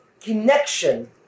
connection